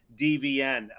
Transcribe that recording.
DVN